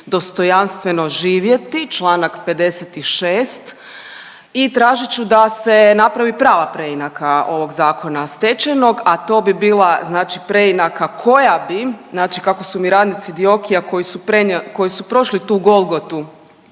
dostojanstveno živjeti članak 56. i tražit ću da se napravi prava preinaka ovog zakona stečajnog, a to bi bila znači preinaka koja bi, znači kako su mi radnici DIOKI-a koji su prošli tu golgotu